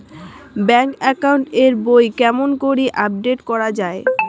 Bank account এর বই কেমন করি আপডেট করা য়ায়?